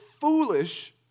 foolish